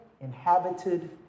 inhabited